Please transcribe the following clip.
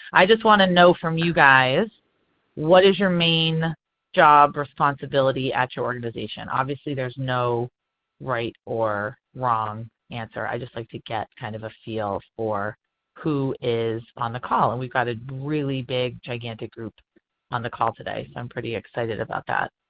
i just want to know from you guys what is your main job responsibility at your organization? obviously, there's no right or wrong answer. i just like to get kind of a feel for who is on the call. and we've got a really big gigantic group on the call today, so i'm pretty excited about that.